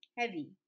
heavy